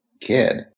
kid